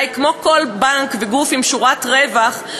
אולי כמו כל בנק וגוף עם שורת רווח,